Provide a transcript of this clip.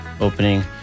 opening